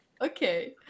Okay